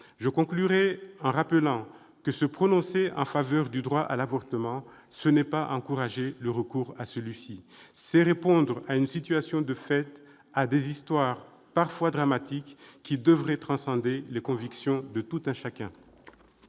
Je conclurai en rappelant que se prononcer en faveur du droit à l'avortement, ce n'est pas encourager celui-ci. C'est répondre à une situation de fait, à des histoires, parfois dramatiques, qui devraient transcender les convictions de tout un chacun.